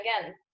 again